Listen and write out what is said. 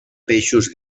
peixos